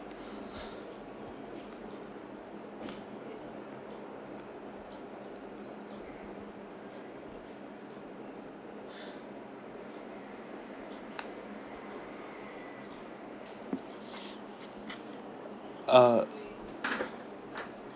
uh